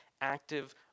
active